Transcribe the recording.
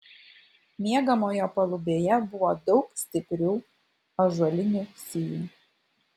miegamojo palubėje buvo daug stiprių ąžuolinių sijų